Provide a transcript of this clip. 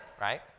Right